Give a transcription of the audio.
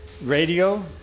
radio